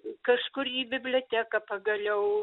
kažkur į biblioteka pagaliau